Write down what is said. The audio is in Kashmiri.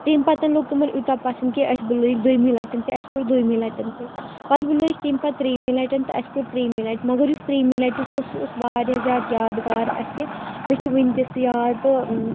تمہِ پَتہٕ لوٚگ تِمَن یوتاہ پَسَند کہِ أسۍ بُلٲوِکھ دوٚیمہِ لَٹہِ تہِ اَسہِ کوٛر دوٚیمہِ لَٹہِ تہِ پَتہٕ بُلٲوِکھ تمہِ پتہٕ ترٛیمہِ لَٹہِ تہِ پَتہٕ کوٚر تریمہِ لَٹہِ مگر یُس ترٛیمہِ لَٹہِ اوس سُہ اوس واریاہ زیادٕ یاد گار اَسہِ مےٚ چھُ سُہ وٕنہِ تہِ سُہ یاد تہٕ